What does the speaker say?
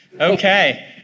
okay